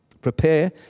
Prepare